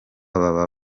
baba